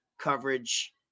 coverage –